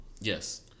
Yes